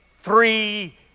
three